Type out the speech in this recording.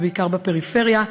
ובעיקר בפריפריה,